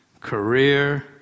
career